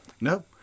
No